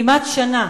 כמעט שנה,